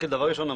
דבר ראשון,